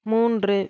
மூன்று